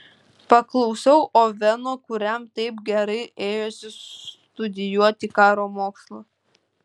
paklausiau oveno kuriam taip gerai ėjosi studijuoti karo mokslą